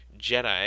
Jedi